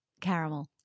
caramel